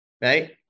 Right